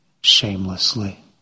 shamelessly